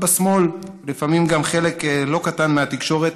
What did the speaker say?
אבל לשמאל, ולפעמים גם לחלק לא קטן מהתקשורת,